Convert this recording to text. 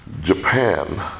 Japan